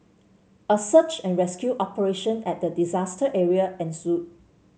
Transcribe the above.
a search and rescue operation at the disaster area ensued